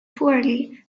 poorly